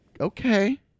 okay